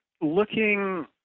looking